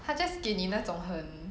他 just 给你那种很